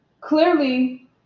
clearly